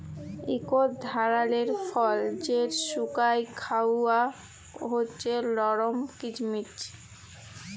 ইকট ধারালের ফল যেট শুকাঁয় খাউয়া হছে লরম কিচমিচ